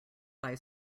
buy